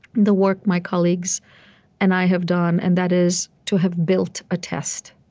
the work my colleagues and i have done and that is to have built a test,